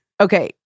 Okay